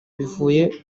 bivuye